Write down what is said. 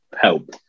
help